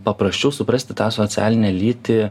paprasčiau suprasti tą socialinę lytį